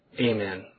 Amen